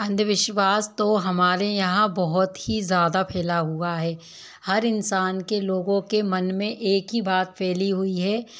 अंधविश्वास तो हमारे यहाँ बहुत ही ज़्यादा फैला हुआ है हर इंसान के लोगों के मन में एक ही बात फैली हुई है